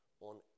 on